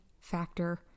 factor